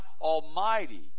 Almighty